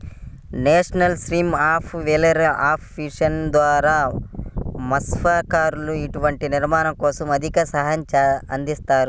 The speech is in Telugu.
national scheme of welfare of fishermen ద్వారా మత్స్యకారులకు ఇంటి నిర్మాణం కోసం ఆర్థిక సహాయం అందిస్తారు